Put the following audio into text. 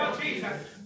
Jesus